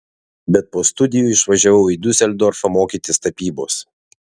bet po studijų išvažiavau į diuseldorfą mokytis tapybos